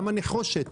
גם הנחושת